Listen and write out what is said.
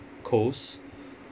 coast